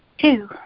Two